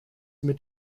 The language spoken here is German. mit